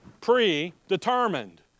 Predetermined